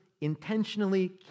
intentionally